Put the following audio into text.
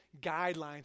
guidelines